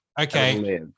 Okay